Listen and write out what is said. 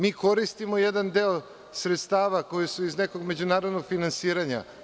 Mi koristimo jedan deo sredstava koja su iz nekog međunarodnog finansiranja.